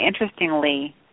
interestingly